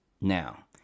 Now